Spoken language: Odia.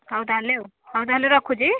ହଉ ତାହେଲେ ଆଉ ହଉ ତାହେଲେ ରଖୁଛି